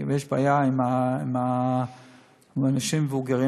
כי אם יש בעיה עם אנשים מבוגרים,